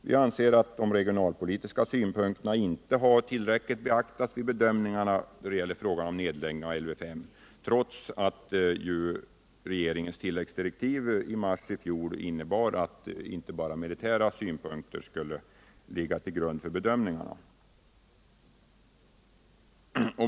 Vi anser att de regionalpolitiska synpunkterna inte tillräckligt beaktats vid bedömningarna då det gäller frågan om nedläggning av Lv 5, trots att regeringens tilläggsdirektiv i mars i fjol innebar att inte bara militära synpunkter skulle ligga till grund för FFU:s bedömningar.